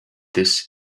this